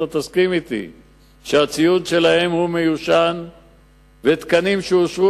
שאתה תסכים אתי שהציוד שלהם מיושן ותקנים שאושרו